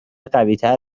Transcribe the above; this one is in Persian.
قویتر